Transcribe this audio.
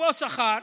אפרופו שכר,